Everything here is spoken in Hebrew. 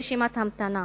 והן ברשימת המתנה.